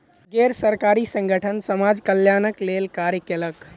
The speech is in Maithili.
गैर सरकारी संगठन समाज कल्याणक लेल कार्य कयलक